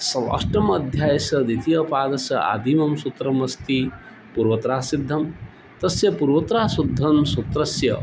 सः अष्टमे अध्यायस्य दितीयपादस्य आदिमं सूत्रम् अस्ति पूर्वत्रासिद्धं तस्य पूर्वत्रासिद्धं सूत्रस्य